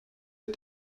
wir